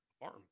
farm